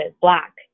Black